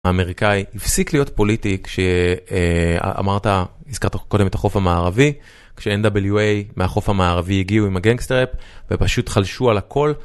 האמריקאי הפסיק להיות פוליטי, כשאמרת, הזכרת קודם את החוף המערבי, כש-NWA מהחוף המערבי הגיעו עם הגנגסטה ראפ ופשוט חלשו על הכל.